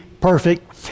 perfect